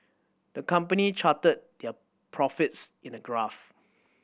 the company charted their profits in a graph